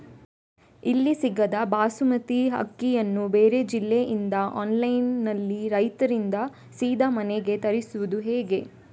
ಇಲ್ಲಿ ಸಿಗದ ಬಾಸುಮತಿ ಅಕ್ಕಿಯನ್ನು ಬೇರೆ ಜಿಲ್ಲೆ ಇಂದ ಆನ್ಲೈನ್ನಲ್ಲಿ ರೈತರಿಂದ ಸೀದಾ ಮನೆಗೆ ತರಿಸುವುದು ಹೇಗೆ?